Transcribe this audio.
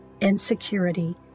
insecurity